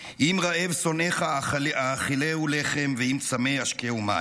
"אם רעב שנאך האכלהו לחם ואם צמא השקהו מים".